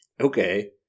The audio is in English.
okay